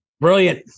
Brilliant